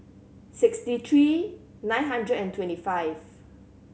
sixty three nine hundred and twenty five